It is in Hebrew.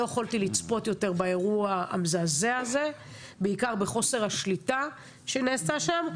לא יכולתי לצפות יותר באירוע המזעזע הזה ובעיקר בחוסר השליטה שנעשה שם.